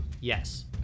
Yes